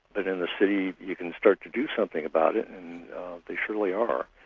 and in the city you can start to do something about it and they surely are.